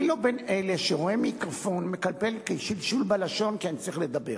אני לא מאלה שרואים מיקרופון ומקבלים שלשול בלשון כי אני צריך לדבר.